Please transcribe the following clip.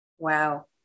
Wow